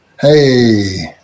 Hey